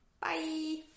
Bye